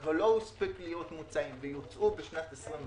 אבל לא הספיקו להוציא אותם, והם יוצאו בשנת 2021,